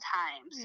time